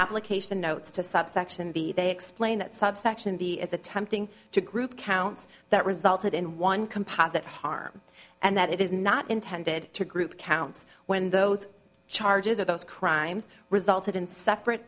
application notes to subsection b they explain that subsection b is attempting to group counts that resulted in one composite harm and that it is not intended to group counts when those charges or those crimes resulted in separate